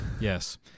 Yes